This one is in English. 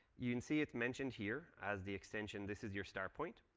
you can see it mentioned here as the extension. this is your start point.